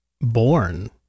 born